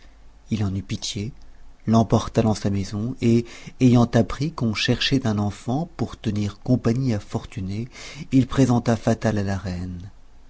il en eut pitié l'emporta dans sa maison et ayant appris qu'on cherchait un enfant pour tenir compagnie à fortuné il présenta fatal à la reine